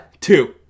Two